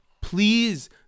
Please